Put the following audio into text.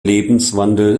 lebenswandel